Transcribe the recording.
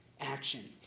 action